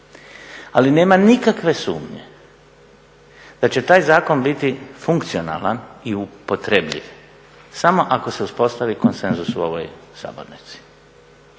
Ali nema nikakve sumnje da će taj zakon biti funkcionalan i upotrebljiv samo ako se uspostavi konsenzus u ovoj sabornici.